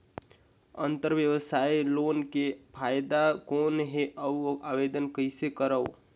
अंतरव्यवसायी लोन के फाइदा कौन हे? अउ आवेदन कइसे करव?